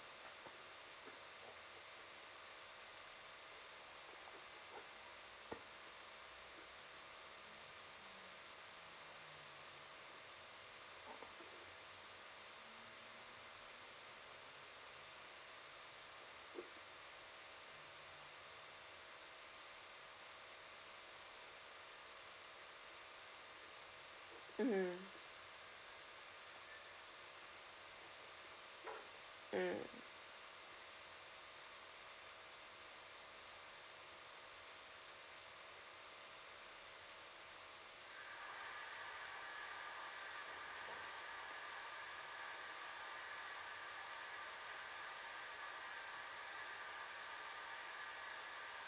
mm mm